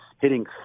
Hitting